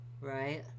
right